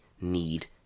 need